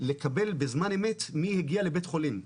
לקבל בזמן אמת מי הגיע לבית החולים,